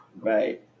right